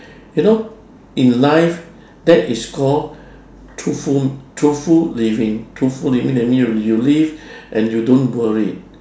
you know in life that is call truthful truthful living truthful living that mean you you live and you don't worry